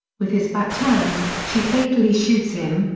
with his back turned, she fatally shoots him,